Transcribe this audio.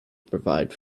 provide